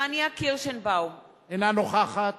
פניה קירשנבאום, אינה נוכחת